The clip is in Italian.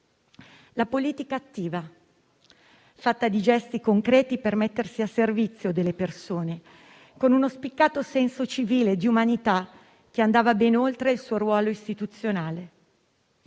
La politica attiva, fatta di gesti concreti, per mettersi al servizio delle persone, con uno spiccato senso civile e di umanità, che andava ben oltre il suo ruolo istituzionale.